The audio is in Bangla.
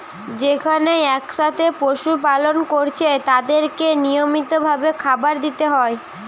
যেখানে একসাথে পশু পালন কোরছে তাদেরকে নিয়মিত ভাবে খাবার দিতে হয়